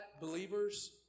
believers